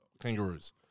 kangaroos